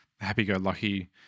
happy-go-lucky